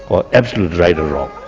or absolute right or wrong.